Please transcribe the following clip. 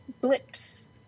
blips